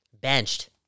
benched